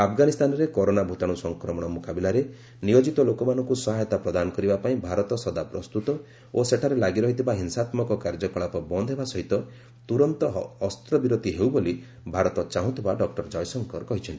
ଆଫଗାନିସ୍ତାନରେ କରୋନା ଭୂତାଣୁ ସଂକ୍ରମଣ ମୁକାବିଲାରେ ନିୟୋଜିତ ଲୋକମାନଙ୍କୁ ସହାୟତା ପ୍ରଦାନ କରିବା ପାଇଁ ଭାରତ ସଦା ପ୍ରସ୍ତୁତ ଓ ସେଠାରେ ଲାଗି ରହିଥିବା ହିଂସାତ୍ଳକ କାର୍ଯ୍ୟକଳାପ ବନ୍ଦ ହେବା ସହିତ ତୁରନ୍ତ ଅସ୍ତ୍ରବିରତି ହେଉ ବୋଲି ଭାରତ ଚାହୁଁଥିବା ଡକୁର ଜୟଶଙ୍କର କହିଛନ୍ତି